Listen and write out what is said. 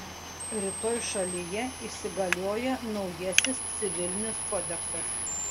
rytoj šalyje įsigalioja naujasis civilinis kodeksas